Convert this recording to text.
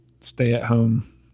stay-at-home